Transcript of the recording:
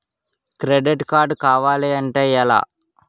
Credit card కావాలి అంటే ఎలా?